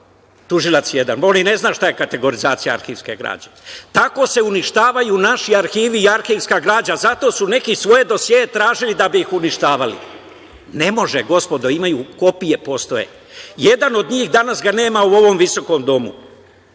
tužilac jedan, on i ne zna šta je kategorizacija arhivske građe. Tako se uništavaju naši arhivi i arhivska građa. Zato su neki svoje dosijee tražili da bi ih uništavali. Ne može, gospodo, kopije postoje. Jedan od njih, danas ga nema u ovom visokom domu